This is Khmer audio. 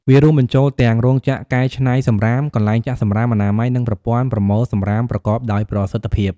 វារួមបញ្ចូលទាំងរោងចក្រកែច្នៃសំរាម កន្លែងចាក់សំរាមអនាម័យ និងប្រព័ន្ធប្រមូលសំរាមប្រកបដោយប្រសិទ្ធភាព។